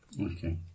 Okay